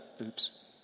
oops